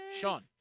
Sean